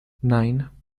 nine